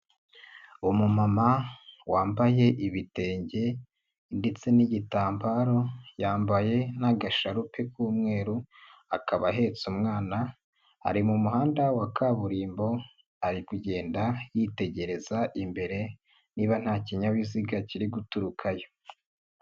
Umu mama wambaye ibitenge ndetse n'igitambaro, yambaye n'agasharupe k'umweru, akaba ahetse umwana ari mu muhanda wa kaburimbo, ari kugenda yitegereza imbere niba nta kinyabiziga kiri guturukayo.